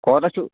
کوتاہ چھُو